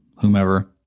whomever